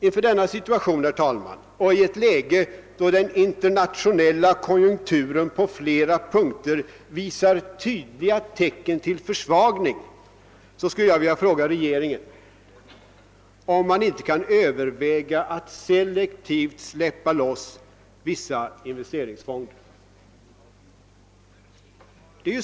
Inför denna situation och i ett läge, där den internationella konjukturen på flera punkter visar tydliga tecken till försvagning, vill jag fråga regeringen om den inte kan överväga att selektivt frisläppa vissa investeringsfonder.